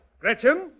Gretchen